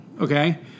Okay